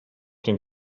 den